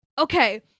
okay